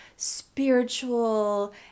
spiritual